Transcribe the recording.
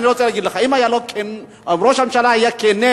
אני רוצה להגיד לך: אם ראש הממשלה היה כן,